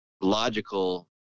logical